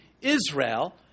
Israel